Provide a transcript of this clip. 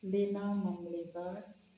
Leena Mamlekar